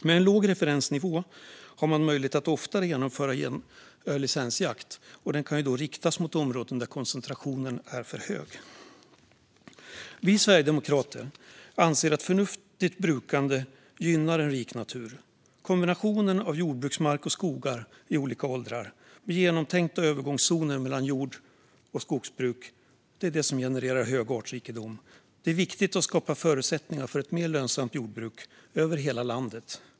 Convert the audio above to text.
Med en låg referensnivå har man möjlighet att oftare genomföra licensjakt, som kan riktas mot områden där koncentrationen är för hög. Vi sverigedemokrater anser att förnuftigt brukande gynnar en rik natur. Kombinationen av jordbruksmark och skogar i olika åldrar, med genomtänkta övergångszoner mellan jord och skogsbruk, genererar hög artrikedom. Det är viktigt att skapa förutsättningar för ett mer lönsamt lantbruk över hela landet.